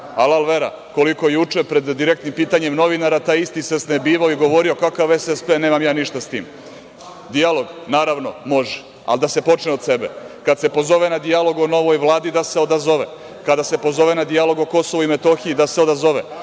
alal vera, koliko juče pred direktnim pitanjem novinara taj isti se snebivao i govorio kakav SSP nemam ja ništa sa tim. Dijalog, naravno, može, ali da se počne od sebe. Kada se pozove na dijalog o novoj Vladi da se odazove, kada se pozove na dijalog o KiM, da se odazove,